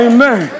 Amen